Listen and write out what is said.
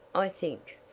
i think.